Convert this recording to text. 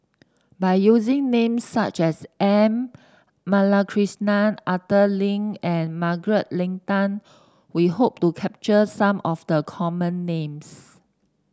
by using names such as M Balakrishnan Arthur Lim and Margaret Leng Tan we hope to capture some of the common names